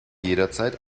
jederzeit